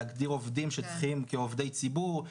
להגדיר עובדים כעובדי ציבור,